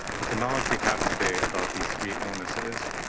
with the knowledge we have today about these three illnesses,